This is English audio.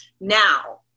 now